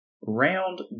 round